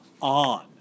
on